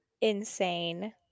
insane